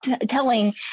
telling